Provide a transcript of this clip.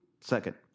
Second